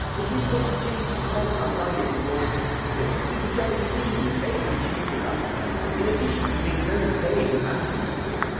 the hitpoints change caused a riot on and world sixty six due to jagex seemingly making the change without a reason, in addition to being very vague when answering to it.